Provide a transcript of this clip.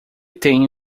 tem